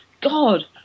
God